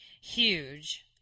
huge